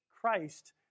Christ